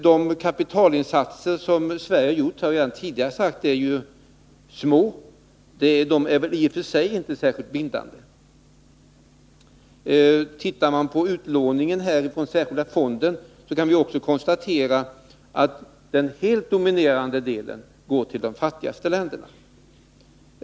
De kapitalinsatser som Sverige gjort — det har tidigare framhållits — är små och i och för sig inte särskilt bindande. Tittar vi på utlåningen från den särskilda fonden, kan vi också konstatera att den helt dominerande delen går till de fattigaste länderna.